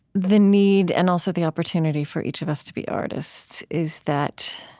the need and also the opportunity for each of us to be artists is that